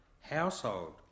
household